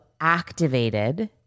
activated